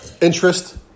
interest